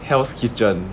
hell's kitchen